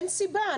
אין סיבה.